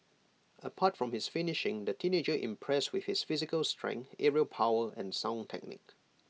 apart from his finishing the teenager impressed with his physical strength aerial power and sound technique